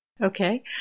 Okay